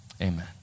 Amen